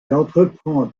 entreprend